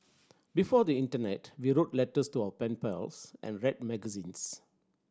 before the internet we wrote letters to our pen pals and read magazines